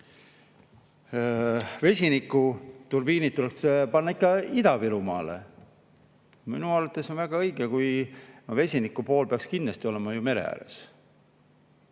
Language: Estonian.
vesinikuturbiinid tuleks panna ikka Ida-Virumaale. Minu arvates on see väga õige, kui vesiniku pool peaks kindlasti olema mere ääres.